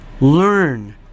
Learn